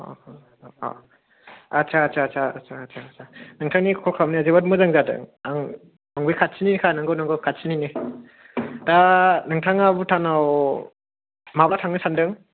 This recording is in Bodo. आस्सा आस्सा आस्सा नोंथांनि कल खालामनाया जोबोद मोजां जादों आं बै खाथिनि खा नोंगौ नोंगौ खाथिनिनो दा नोंथाङा भुटानाव माब्ला थांनो सानदों